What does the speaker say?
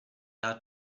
out